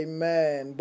Amen